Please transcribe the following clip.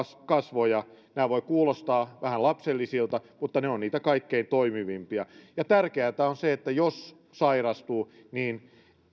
kasvoja nämä voivat kuulostaa vähän lapsellisilta mutta ne ovat niitä kaikkein toimivimpia ja tärkeätä on se että jos sairastuu niin